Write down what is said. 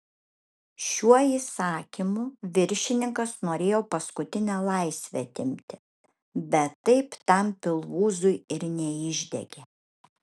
šiuo įsakymu viršininkas norėjo paskutinę laisvę atimti bet taip tam pilvūzui ir neišdegė